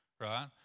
right